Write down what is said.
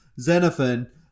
Xenophon